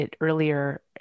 earlier